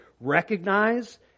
Recognize